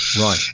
Right